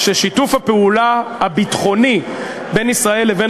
ששיתוף הפעולה הביטחוני בין ישראל לבין